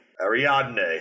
Ariadne